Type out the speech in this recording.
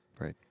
Right